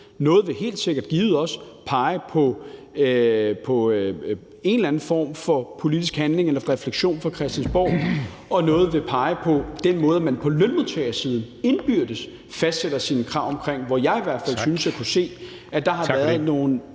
noget vil helt givet pege på en eller anden form for politisk handling eller refleksion fra Christiansborg, og noget vil pege på den måde, som man på lønmodtagersiden indbyrdes fastsætter sine krav, hvor jeg i hvert fald synes at kunne se, at der har været nogle